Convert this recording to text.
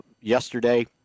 yesterday